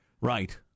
Right